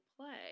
play